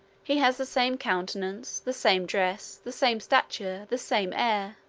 he has the same countenance, the same dress, the same stature, the same air.